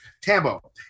Tambo